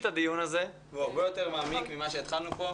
הדיון הזה והוא הרבה יותר מעמיק מכפי שהתחלנו בו.